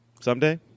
someday